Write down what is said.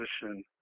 position